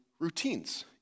routines